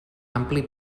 ampli